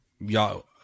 y'all